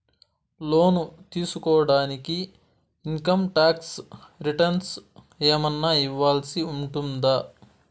లోను తీసుకోడానికి income tax returns ఏమన్నా ఇవ్వాల్సి ఉంటుందా